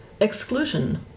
exclusion